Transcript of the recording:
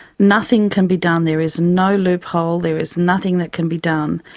nothing can be done, there is no loophole, there is nothing that can be done.